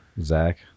Zach